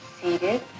seated